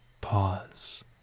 pause